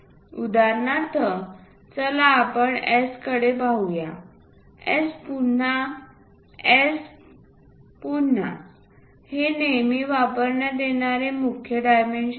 उदाहरणार्थ चला आपण S कडे पाहूया S पुन्हा S पाहु हे नेहमी वापरण्यात येणारे मुख्य डायमेन्शन आहेत